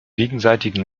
gegenseitigen